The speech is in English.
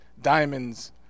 diamonds